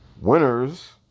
winners